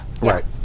right